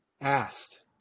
asked